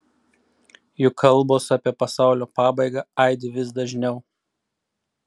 juk kalbos apie pasaulio pabaigą aidi vis dažniau